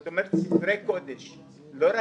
לא רק ספרי קודש,